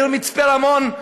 העיר מצפה רמון,